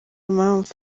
mpamvu